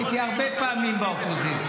הייתי הרבה פעמים באופוזיציה.